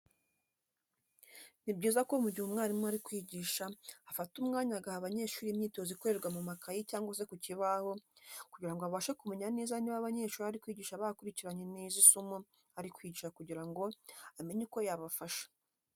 Ni byiza ko mu gihe umwarimu ari kwigisha, afata umwanya agaha abanyeshuri imyitozo ikorerwa mu makayi cyangwa se ku kibaho kugira ngo abashe kumenya neza niba abanyeshuri ari kwigisha bakurikiranye neza isomo ari kwigisha kugira ngo amenye uko yabafasha.